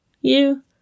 You